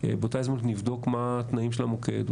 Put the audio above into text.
באותה הזדמנות נבדוק מה התנאים של המוקד.